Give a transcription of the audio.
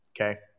Okay